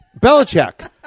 Belichick